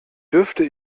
dürfte